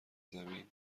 زمین